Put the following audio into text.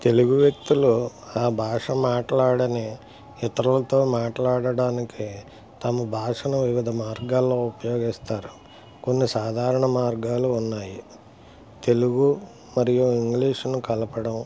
తెలుగు వ్యక్తులు ఆ భాష మాట్లాడని ఇతరులతో మాట్లాడటానికి తమ భాషను వివిధ మార్గాలో ఉపయోగిస్తారు కొన్ని సాధారణ మార్గాలు ఉన్నాయి తెలుగు మరియు ఇంగ్లీష్ని కలపడం